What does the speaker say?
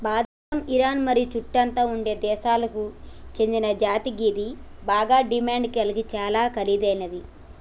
బాదం ఇరాన్ మరియు చుట్టుతా ఉండే దేశాలకు సేందిన జాతి గిది బాగ డిమాండ్ గలిగి చాలా ఖరీదైనది